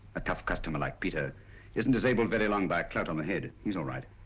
a tough customer like peter isn't disabled very long by a clunk on the head. he's all right.